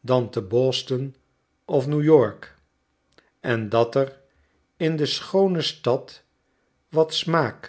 dan te b o s t o n of n e wyork en dat er in deschoonestad wat smaak